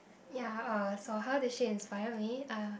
ya uh so how did she inspire me uh